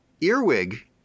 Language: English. Earwig